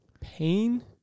Pain